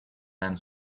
then